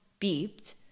beeped